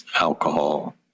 alcohol